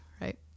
right